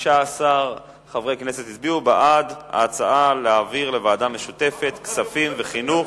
16 חברי כנסת הצביעו בעד ההצעה להעביר לוועדה משותפת כספים-חינוך.